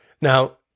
Now